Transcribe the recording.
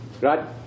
Right